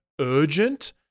urgent